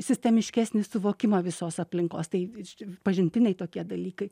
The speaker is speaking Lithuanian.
sistemiškesnį suvokimą visos aplinkos tai pažintiniai tokie dalykai